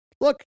Look